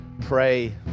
pray